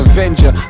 Avenger